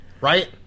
right